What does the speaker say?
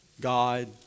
God